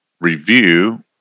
review